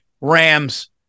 Rams